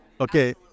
Okay